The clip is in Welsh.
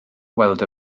weld